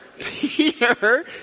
Peter